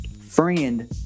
friend